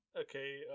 Okay